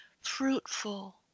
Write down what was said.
fruitful